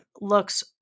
Looks